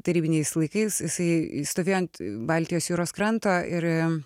tarybiniais laikais jisai stovėjo ant baltijos jūros kranto ir